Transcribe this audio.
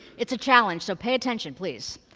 it's a challenge, so pay attention please.